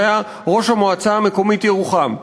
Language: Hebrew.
שהיה ראש המועצה המקומית ירוחם,